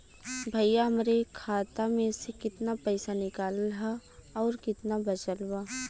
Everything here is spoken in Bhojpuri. भईया हमरे खाता मे से कितना पइसा निकालल ह अउर कितना बचल बा?